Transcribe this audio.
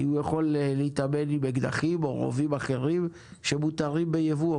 אם הוא יכול להתאמן עם אקדחים או רובים אחרים שמותרים ביבוא,